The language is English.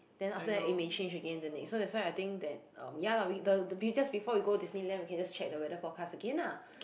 then after that it may change again the next so that's why I think that um ya lah the just before we go Disneyland we can just check the weather forecast again ah